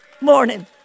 morning